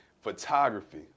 photography